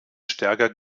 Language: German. stärker